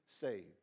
saved